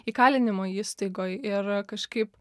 įkalinimo įstaigoj ir kažkaip